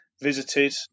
visited